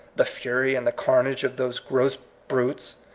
the fury, and the carnage of those gross brutes,